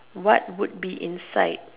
what would be inside